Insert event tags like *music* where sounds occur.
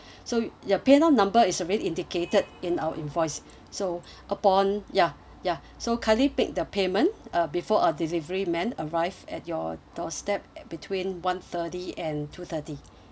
*breath* so your paynow number is already indicated in our invoices *breath* so *breath* upon ya ya so kindly make the payment uh before uh delivery man arrive at your doorstep at between one thirty and two thirty